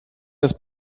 das